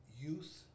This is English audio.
youth